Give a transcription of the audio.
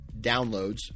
downloads